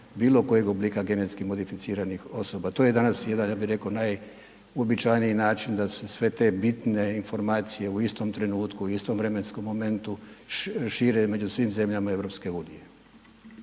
bilo kojeg oblika GMO-a. To je danas ja bi rekao najuobičajeniji način da se sve te bitne informacije u istom trenutku u istom vremenskom momentu šire među svim zemljama EU.